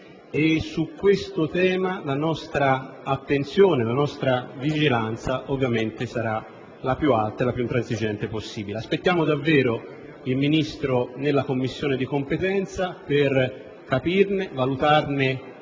su questo tema la nostra attenzione, la nostra vigilanza sarà ovviamente la più alta e la più intransigente possibile. Aspettiamo l'intervento del Ministro nella Commissione competente per capirne e valutarne